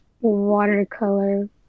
watercolor